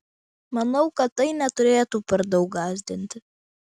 manau kad tai neturėtų per daug gąsdinti